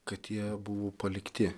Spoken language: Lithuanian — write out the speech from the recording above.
kad jie buvo palikti